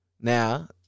Now